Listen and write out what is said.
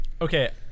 Okay